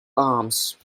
arms